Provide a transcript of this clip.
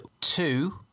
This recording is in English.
Two